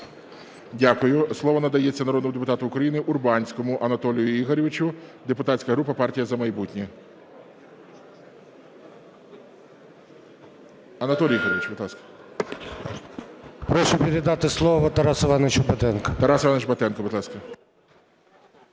Дякую. Слово надається народному депутату України Урбанському Анатолію Ігоровичу, депутатська група "Партія "За майбутнє". Анатолій Ігорович, будь ласка. 11:46:05 УРБАНСЬКИЙ А.І. Прошу передати слово Тарасу Івановичу Батенку. ГОЛОВУЮЧИЙ. Тарас Іванович Батенко, будь ласка.